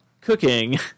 Cooking